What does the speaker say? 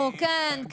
כן.